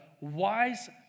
wise